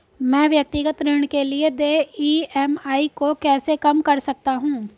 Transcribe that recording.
मैं व्यक्तिगत ऋण के लिए देय ई.एम.आई को कैसे कम कर सकता हूँ?